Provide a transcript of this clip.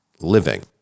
living